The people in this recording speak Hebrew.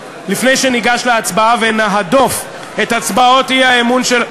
לפני שניגש להצבעה ונהדוף את הצבעות האי-אמון של,